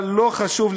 אבל לא חשוב,